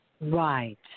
Right